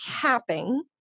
capping